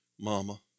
mama